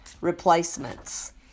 replacements